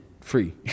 free